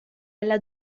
alla